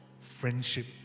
friendship